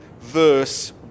verse